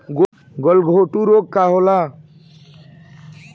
गलघोटू रोग का होला?